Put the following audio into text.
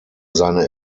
seine